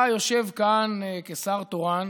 אתה יושב כאן כשר תורן